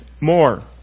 more